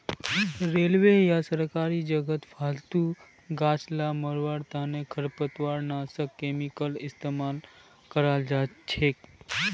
railway या सरकारी जगहत फालतू गाछ ला मरवार तने खरपतवारनाशक केमिकल इस्तेमाल कराल जाछेक